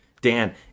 Dan